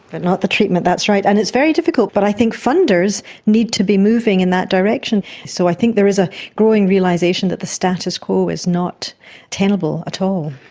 but not treatment, that's right. and it's very difficult but i think funders needs to be moving in that direction. so i think there is a growing realisation that the status quo is not tenable at all.